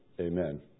amen